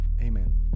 amen